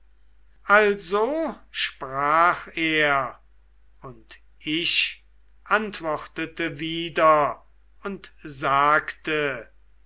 also sprach er und ich antwortete wieder und sagte